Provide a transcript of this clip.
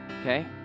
Okay